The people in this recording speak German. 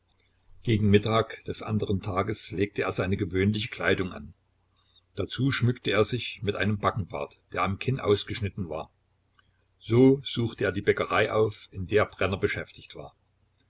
gegen mittag des anderen tages legte er seine gewöhnliche kleidung an dazu schmückte er sich mit einem backenbart der am kinn ausgeschnitten war so suchte er die bäckerei auf in der brenner beschäftigt war